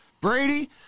Brady